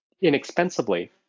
inexpensively